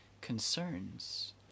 concerns